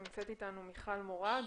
נמצאת איתנו מיכל מורג,